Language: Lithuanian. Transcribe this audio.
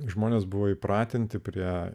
žmonės buvo įpratinti prie